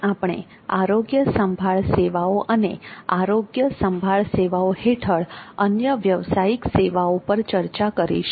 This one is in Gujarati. આજે આપણે આરોગ્ય સંભાળ સેવાઓ અને આરોગ્ય સંભાળ સેવાઓ હેઠળ અન્ય વ્યાવસાયિક સેવાઓ પર ચર્ચા કરીશું